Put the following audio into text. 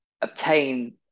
obtain